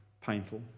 painful